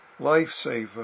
lifesaver